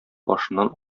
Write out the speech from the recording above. башыннан